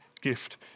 gift